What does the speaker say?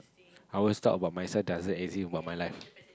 I always talk about exist about my life